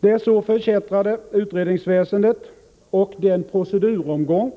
Det så förkättrade utredningsväsendet och den proceduromgång